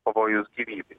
pavojus gyvybei